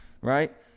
right